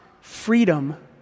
freedom